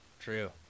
True